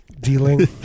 dealing